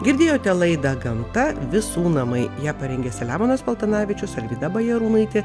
girdėjote laida gamta visų namai ją parengė selemonas paltanavičius alvyda bajarūnaitė